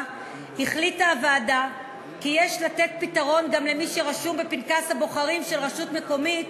החליטה הוועדה כי יש לתת פתרון גם למי שרשום בפנקס הבוחרים של רשות מקומית